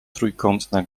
trójkątna